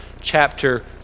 chapter